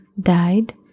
died